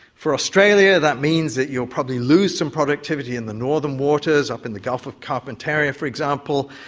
for australia that means that you will probably lose some productivity in the northern waters, up in the gulf of carpentaria for example,